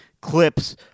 clips